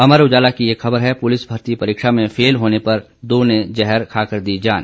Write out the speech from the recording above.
अमर उजाला की एक खबर है पुलिस भर्ती परीक्षा में फेल होने पर दो ने जहर खाकर दी जान